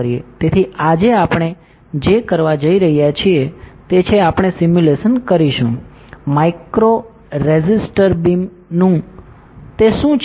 તેથી આજે આપણે જે કરવા જઈ રહ્યા છીએ તે છે આપણે સિમ્યુલેશન કરીશું માઇક્રો રેઝિસ્ટર બીમmicro resistor beam નું તે શું છે